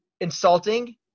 insulting